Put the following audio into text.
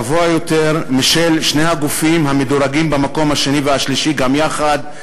גבוה יותר משל שני הגופים המדורגים במקום השני והשלישי גם יחד,